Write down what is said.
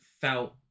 felt